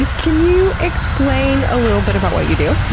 can you explain a little bit about what you do?